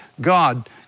God